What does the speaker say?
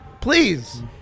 Please